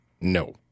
No